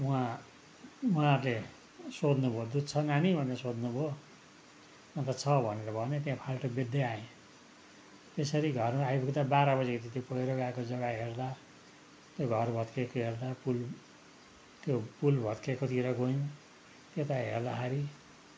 वहाँ उहाँहरूले सोध्नु भयो दुध छ नानी भनेर सोध्नु भयो अन्त छ भनेर भने त्यहाँ फाल्टो बोच्दै आएँ त्यसरी घरमा आइपुग्दा बाह्र बजेको थियो त्यो पहिरो गएको जगाह हेर्दा त्यो घर भत्केको हेर्दा पुल त्यो पुल भत्किएकोतिर गएँ त्यता हेर्दाखेरि